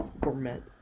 Gourmet